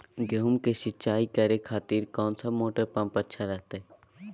गेहूं के सिंचाई करे खातिर कौन सा मोटर पंप अच्छा रहतय?